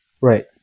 Right